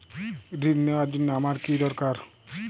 ঋণ নেওয়ার জন্য আমার কী দরকার?